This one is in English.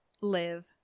live